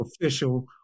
official